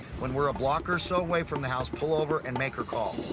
when we're a block, or so, away from the house, pull over and make her call.